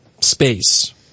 space